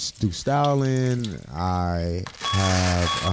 do styling. i have